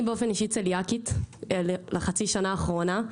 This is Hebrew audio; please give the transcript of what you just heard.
אני באופן אישי צליאקית בחצי שנה האחרונה,